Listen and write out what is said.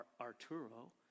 Arturo